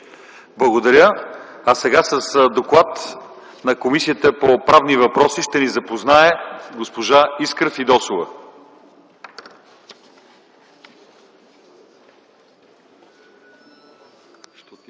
Благодаря. А сега с доклада на Комисията по правни въпроси ще ни запознае госпожа Искра Фидосова.